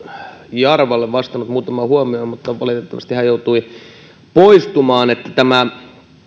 jarvalle vastannut muutamaan huomioon mutta valitettavasti hän joutui poistumaan tämä